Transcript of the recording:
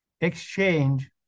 exchange